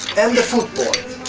and the foot-board.